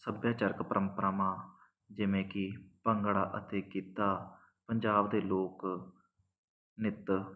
ਸੱਭਿਆਚਾਰਕ ਪਰੰਪਰਾਵਾਂ ਜਿਵੇਂ ਕਿ ਭੰਗੜਾ ਅਤੇ ਗਿੱਧਾ ਪੰਜਾਬ ਦੇ ਲੋਕ ਨ੍ਰਿੱਤ